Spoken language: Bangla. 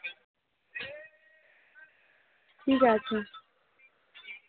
ঠিক আছে